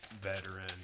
veteran